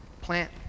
plant